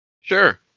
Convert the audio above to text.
sure